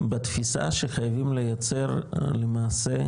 בתפיסה שחייבים לייצר למעשה,